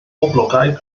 boblogaidd